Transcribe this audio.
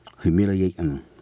humiliating